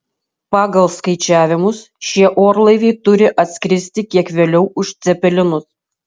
pagal skaičiavimus šie orlaiviai turi atskristi kiek vėliau už cepelinus